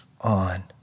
on